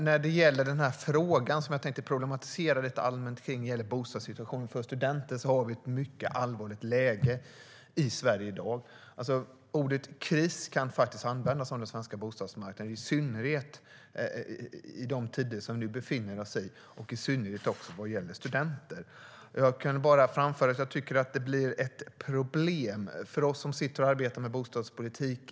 När det gäller bostadssituationen för studenter, som jag tänker problematisera lite, har vi ett mycket allvarligt läge i Sverige i dag. Ordet kris kan faktiskt användas om den svenska bostadsmarknaden, i synnerhet nu och i synnerhet vad gäller studenter. Jag kan bara framföra att detta är ett problem för oss i civilutskottet som arbetar med bostadspolitik.